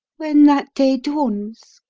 when that day dawns,